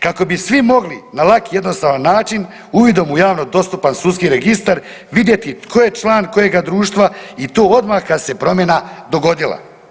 Kako bi svi mogli na lak i jednostavan način uvidom u javno dostupan sudski registar vidjeti tko je član kojega društva i to odmah kad se promjena dogodila.